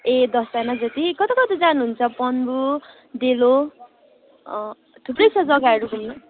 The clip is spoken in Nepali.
ए दसजना जति कता कता जानुहुन्छ पन्बू डेलो थुप्रै छ जग्गाहरू घुम्नु